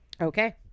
Okay